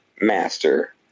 master